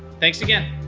thanks again.